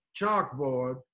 chalkboard